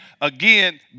again